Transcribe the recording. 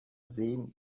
sehen